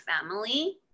family